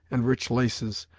and rich laces,